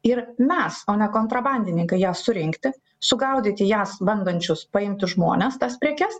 ir mes o ne kontrabandininkai jas surinkti sugaudyti jas bandančius paimti žmones tas prekes